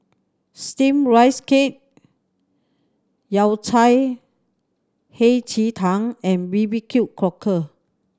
Steamed Rice Cake Yao Cai Hei Ji Tang and B B Q Cockle